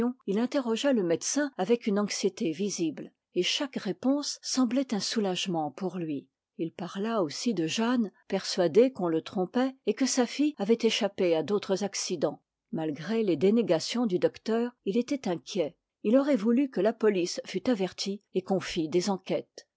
il interrogea le médecin avec une anxiété visible et chaque réponse semblait un soulagement pour lui il parla aussi de jeanne persuadé qu'on le trompait et que sa fille avait échappé à d'autres accidents malgré les dénégations du docteur il était inquiet il aurait voulu que la police fût avertie et qu'on fît des enquêtes